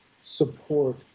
support